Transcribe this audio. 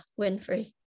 winfrey